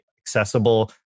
accessible